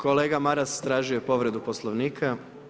Kolega Maras, tražio je povredu poslovnika.